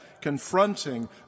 confronting